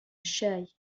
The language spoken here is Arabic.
الشاي